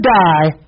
die